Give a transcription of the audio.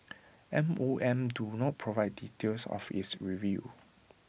M O M did not provide details of its review